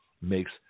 makes